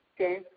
Okay